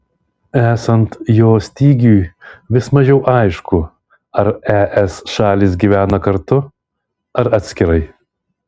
esant jo stygiui vis mažiau aišku ar es šalys gyvena kartu ar atskirai